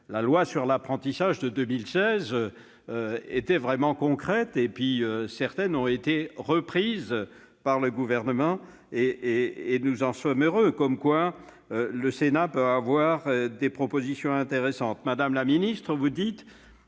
la loi sur l'apprentissage de 2016, étaient vraiment concrètes ; certaines ont été reprises par le Gouvernement, ce dont nous nous réjouissons. Comme quoi, le Sénat peut offrir des propositions intéressantes. Madame la ministre, vous avez